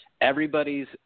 Everybody's